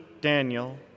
Daniel